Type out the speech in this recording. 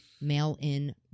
mail-in